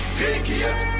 regiert